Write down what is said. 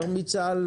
הכנסה,